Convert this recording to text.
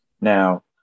Now